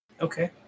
Okay